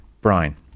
Brian